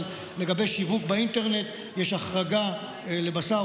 אבל לגבי שיווק באינטרנט יש החרגה לבשר,